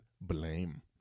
Blame